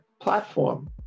platform